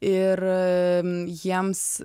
ir jiems